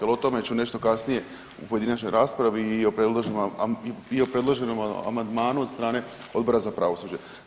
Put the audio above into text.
Ali o tome ću nešto kasnije u pojedinačnoj raspravi i o predloženom amandmanu od strane Odbora za pravosuđe.